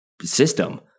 system